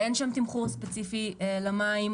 אין שם תמחור ספציפי למים,